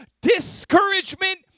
discouragement